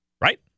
right